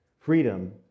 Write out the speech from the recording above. Freedom